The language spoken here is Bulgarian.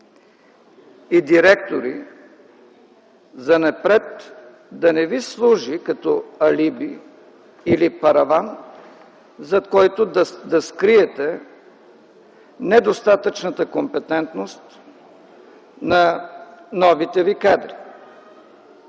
и директори занапред да не ви служи като алиби или параван, зад който да скриете недостатъчната компетентност на новите ви кадри.